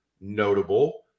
notable